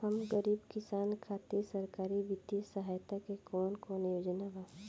हम गरीब किसान खातिर सरकारी बितिय सहायता के कवन कवन योजना बा?